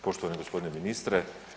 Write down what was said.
Poštovani gospodine ministre.